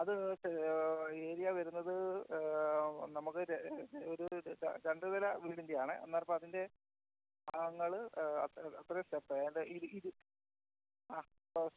അത് ഏരിയ വരുന്നത് നമുക്ക് ഒരു രണ്ടു നില വീടിൻ്റെ ആണ് അതിൻ്റെ അത്രയും സ്റ്റെപ്പ്